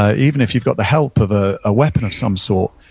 ah even if you've got the help of a a weapon of some sort,